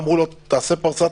אמרו לו: תעשה פרסה,